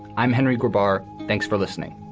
i'm henry gerber. thanks for listening.